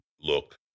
look